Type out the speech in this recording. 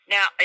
Now